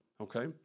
Okay